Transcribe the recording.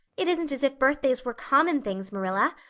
it isn't as if birthdays were common things, marilla.